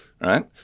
Right